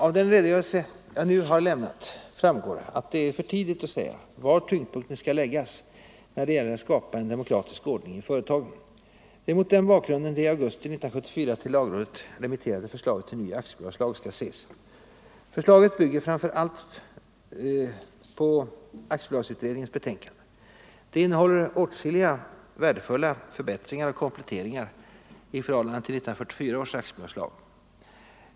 Av den redogörelse jag nu har lämnat framgår att det är för tidigt att säga var tyngdpunkten skall läggas när det gäller att skapa en demokratisk ordning i företagen. Det är mot den bakgrunden det i augusti 1974 till lagrådet remitterade förslaget till ny aktiebolagslag skall ses. Förslaget bygger på framför allt aktiebolagsutredningens betänkande. Det innehåller åtskilliga värdefulla förbättringar och kompletteringar jämfört med 1944 års aktiebolagslag.